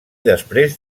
després